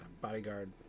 bodyguard